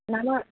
नाम